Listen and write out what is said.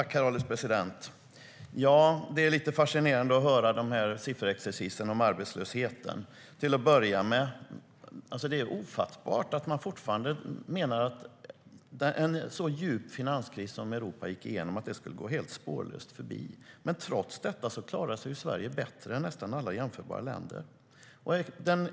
Herr ålderspresident! Det är lite fascinerande att lyssna på sifferexercisen om arbetslösheten. Det är ofattbart att man fortfarande menar att en så djup finanskris som Europa gick igenom ska gå helt spårlöst förbi. Trots detta klarar sig Sverige bättre än nästan alla jämförbara länder.